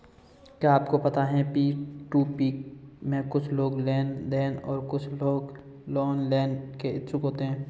क्या आपको पता है पी.टू.पी में कुछ लोग लोन देने और कुछ लोग लोन लेने के इच्छुक होते हैं?